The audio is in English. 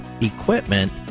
equipment